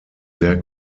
sehr